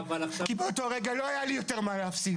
כי באותו הרגע לא היה לי יותר מה להפסיד.